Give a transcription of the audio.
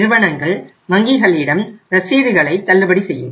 நிறுவனங்கள் வங்கிகளிடம் ரசீதுகளை தள்ளுபடி செய்யும்